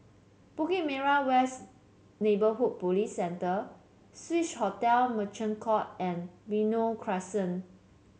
Bukit Merah West Neighbourhood Police Centre Swissotel Merchant Court and Benoi Crescent